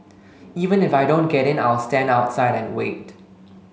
even if I don't get in I'll stand outside and wait